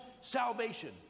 salvation